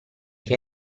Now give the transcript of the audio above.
che